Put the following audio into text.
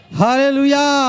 hallelujah